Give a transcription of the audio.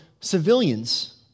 civilians